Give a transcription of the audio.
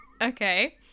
Okay